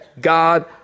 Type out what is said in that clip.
God